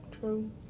True